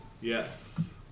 Yes